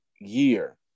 year